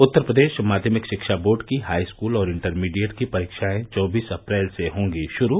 उत्तर प्रदेश माध्यमिक शिक्षा बोर्ड की हाईस्कूल और इंटरमीडिएट की परीक्षाएं चौबीस अप्रैल से होगी शुरू